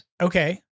Okay